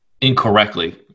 incorrectly